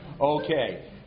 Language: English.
Okay